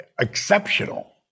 exceptional